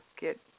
get